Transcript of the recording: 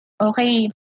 okay